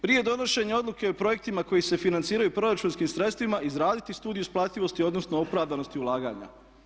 Prije donošenja odluke o projektima koji se financiraju proračunskim sredstvima izraditi Studiju isplativosti, odnosno opravdanosti ulaganja.